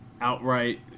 outright